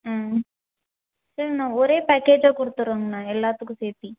ம் சரிண்ணா ஒரே பேக்கேஜ்ஜாக கொடுத்துறோங்கண்ணா எல்லாத்துக்கும் சேர்த்தி